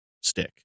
stick